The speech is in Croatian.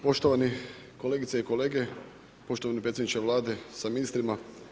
Poštovane kolegice i kolege, poštovani predsjedniče Vlade sa ministrima.